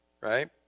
Right